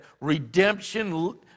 redemption